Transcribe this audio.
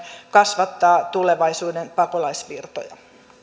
kasvattaa tulevaisuuden pakolaisvirtoja